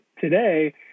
today